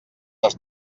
les